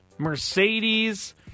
Mercedes